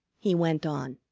he went on,